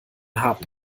haben